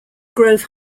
grove